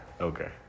Okay